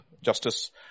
justice